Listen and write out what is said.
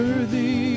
Worthy